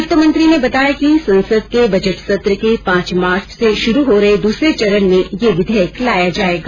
वित्तमंत्री ने बताया कि संसद के बजट सत्र के पांच मार्च से शुरू हो रहे दूसरे चरण में यह विधेयक लाया जाएगा